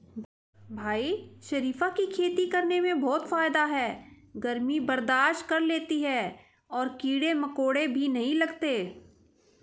भाई शरीफा की खेती करने में बहुत फायदा है गर्मी बर्दाश्त कर लेती है और कीड़े मकोड़े भी नहीं लगते